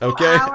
Okay